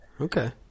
Okay